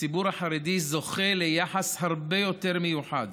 הציבור החרדי זוכה ליחס הרבה יותר מיוחד.